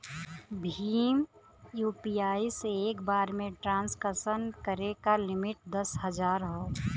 Bhim UPI से एक बार में ट्रांसक्शन करे क लिमिट दस हजार हौ